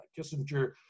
Kissinger